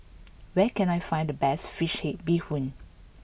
where can I find the best Fish Head Bee Hoon